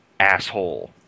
asshole